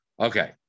Okay